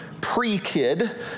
pre-kid